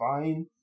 fine